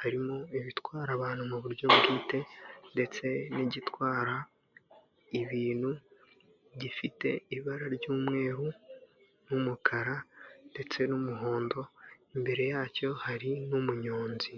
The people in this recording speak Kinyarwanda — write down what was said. harimo ibitwara abantu mu buryo bwite ndetse n'igitwara ibintu gifite ibara ry'umweru n'umukara ndetse n'umuhondo, Imbere yacyo hari n'umunyonzi.